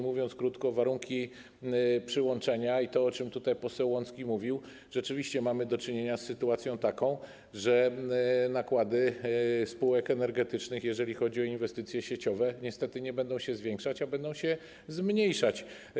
Mówiąc krótko, chodzi o warunki przyłączenia i o to, o czym tutaj poseł Łącki mówił: rzeczywiście mamy do czynienia z taką sytuacją, że nakłady spółek energetycznych, jeżeli chodzi o inwestycje sieciowe, niestety nie będą się zwiększać, lecz będą się zmniejszać.